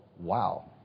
Wow